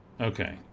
Okay